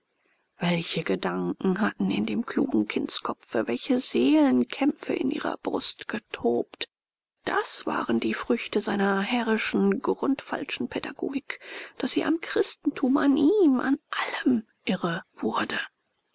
welche gedanken hatten in dem klugen kindskopfe welche seelenkämpfe in ihrer brust getobt das waren die früchte seiner herrischen grundfalschen pädagogik daß sie am christentum an ihm an allem irre wurde